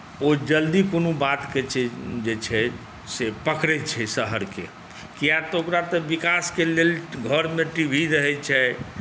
ओ जल्दी कोनो बातकेँ जे छै से पकड़ैत छै शहरके कियाक तऽ ओकरा तऽ विकासके लेल घरमे टी वी रहैत छै